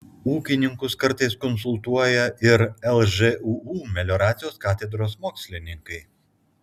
ūkininkus kartais konsultuoja ir lžūu melioracijos katedros mokslininkai